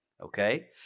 okay